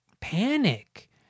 panic